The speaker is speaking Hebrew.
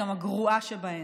גם הגרועה שבהן.